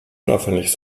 unauffällig